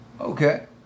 Okay